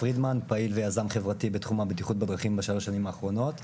אני פעיל ויזם חברתי בתחום הבטיחות בדרכים בשלוש השנים האחרונות.